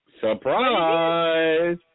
Surprise